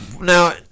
Now